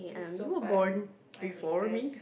it's so fun I miss that